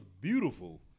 beautiful